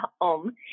home